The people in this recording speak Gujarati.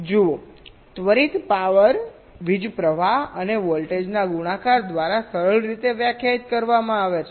જુઓ ત્વરિત પાવર વીજ પ્રવાહ અને વોલ્ટેજના ગુણાકાર દ્વારા સરળ રીતે વ્યાખ્યાયિત કરવામાં આવે છે